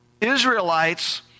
Israelites